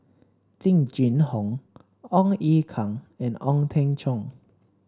Jing Jun Hong Ong Ye Kung and Ong Teng Cheong